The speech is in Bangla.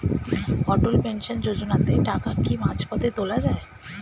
অটল পেনশন যোজনাতে টাকা কি মাঝপথে তোলা যায়?